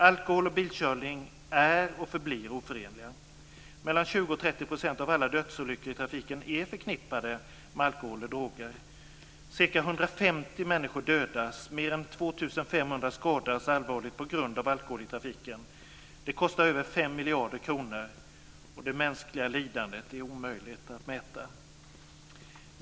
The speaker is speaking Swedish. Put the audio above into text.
Alkohol och bilkörning är och förblir oförenliga. Mellan 20 och 30 % av alla dödsolyckor i trafiken är förknippade med alkohol och droger. Det mänskliga lidandet är omöjligt att mäta.